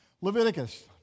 Leviticus